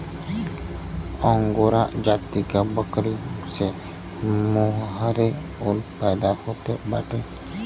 angora जाति क बकरी से मोहेर ऊन पैदा होत बाटे